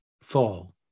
fall